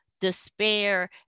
despair